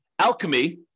alchemy